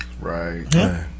Right